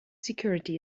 security